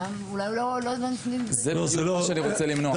אולי הוא לא --- זה מה שאני רוצה למנוע.